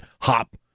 Hop